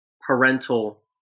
parental